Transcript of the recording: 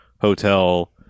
hotel